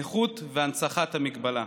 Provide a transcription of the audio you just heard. נכות והנצחת המגבלה.